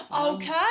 Okay